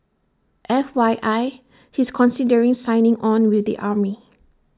F Y I he's considering signing on with the army